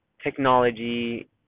technology